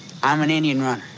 i'm an indian runner.